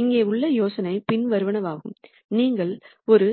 இங்கே உள்ள யோசனை பின்வருவனவாகும் நீங்கள் ஒரு